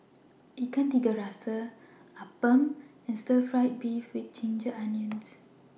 Ikan Tiga Rasa Appam and Stir Fry Beef with Ginger Onions